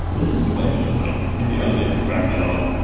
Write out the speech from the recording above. so this is super interesting. in the early days of graphql,